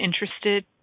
interested